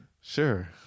Sure